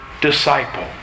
Disciple